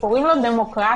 קוראים לו דמוקרטיה.